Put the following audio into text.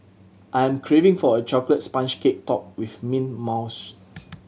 I am craving for a chocolate sponge cake topped with mint mousse